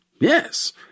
yes